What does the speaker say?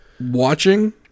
watching